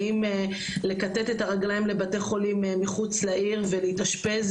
האם לכתת את הרגליים לבתי חולים מחוץ לעיר ולהתאשפז,